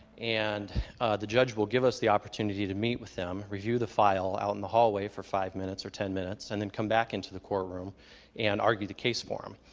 and the judge will give us the opportunity to meet with them, review the file out in the hallway for five minutes or ten minutes, and then come back into the courtroom and argue the case for them.